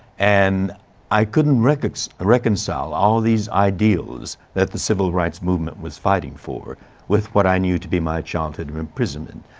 and i couldn't reconcile reconcile all of these i deals that the civil rights movement was fighting for with what i knew to be my childhood of imprisonment.